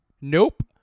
Nope